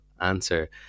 answer